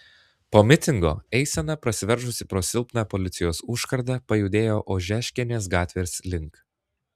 po mitingo eisena prasiveržusi pro silpną policijos užkardą pajudėjo ožeškienės gatvės link